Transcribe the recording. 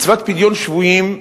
מצוות פדיון שבויים,